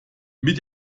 mit